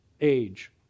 age